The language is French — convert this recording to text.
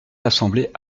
l’assemblée